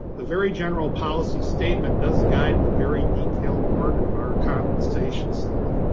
the very general policy statement does guide the very detailed work of our compensation staff.